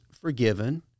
forgiven